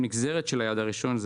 שהם נגזרת מהיעד הראשון,